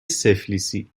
سفلیسی